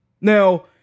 Now